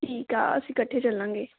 ਠੀਕ ਆ ਅਸੀਂ ਇਕੱਠੇ ਚੱਲਾਂਗੇ